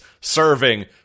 serving